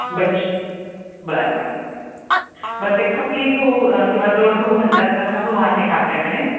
बरं बरं बर बरं ते खपली गहू किंवा जोड गहू म्हणतात तसा गहू आहे का आपल्याकडे